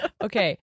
Okay